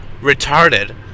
retarded